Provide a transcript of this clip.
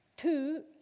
two